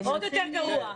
עוד יותר גרוע.